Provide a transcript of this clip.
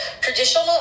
traditional